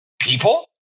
people